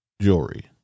jewelry